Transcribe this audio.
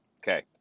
Okay